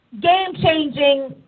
game-changing